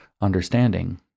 understanding